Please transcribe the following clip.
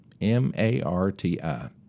M-A-R-T-I